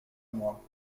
moi